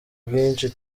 bwinshi